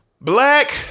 Black